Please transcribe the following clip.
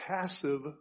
passive